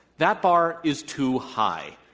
that bar is too high,